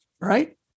right